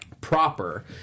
Proper